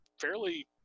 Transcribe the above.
fairly